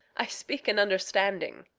i speak in understanding.